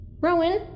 Rowan